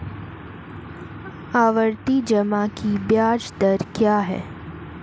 आवर्ती जमा की ब्याज दर क्या है?